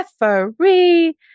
referee